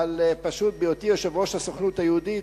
אבל פשוט, בהיותי יושב-ראש הסוכנות היהודית,